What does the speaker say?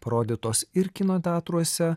parodytos ir kino teatruose